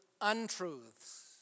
untruths